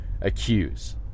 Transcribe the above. accuse